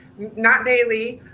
not daily,